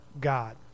God